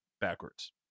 backwards